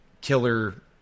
killer